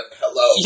hello